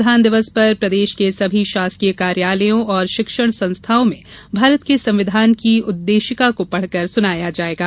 संविधान दिवस पर प्रदेश के सभी शासकीय कार्यालयों और शिक्षण संस्थाओं में भारत के संविधान की उद्देशिका को पढ़कर सुनाया जायेगा